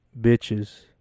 bitches